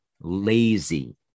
lazy